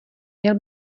měl